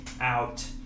out